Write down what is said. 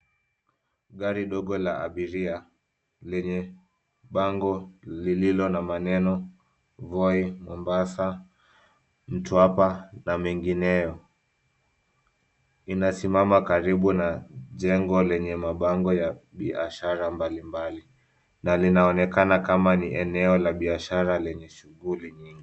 Gari dogo la abiria lenye bango lililo na maneno Voi, Mombasa , Mtwapa na mengineyo, linasimama karibu na jengo lenye mabango ya biashara mbalimbali na linaonekana kama ni eneo la biashara lenye shughuli nyingi.